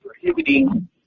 prohibiting